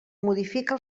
modifica